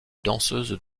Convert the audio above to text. danseuse